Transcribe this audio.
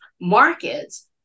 markets